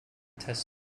test